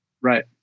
Right